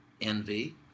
envy